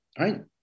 right